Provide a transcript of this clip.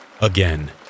again